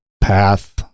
path